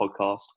podcast